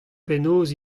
penaos